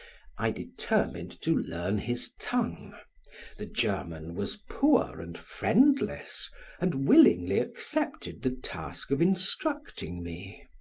i determined to learn his tongue the german was poor and friendless and willingly accepted the task of instructing me.